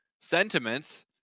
sentiments